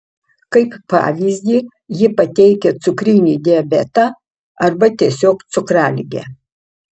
kaip pavyzdį ji pateikia cukrinį diabetą arba tiesiog cukraligę